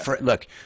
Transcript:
look